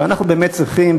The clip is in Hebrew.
ואנחנו באמת צריכים,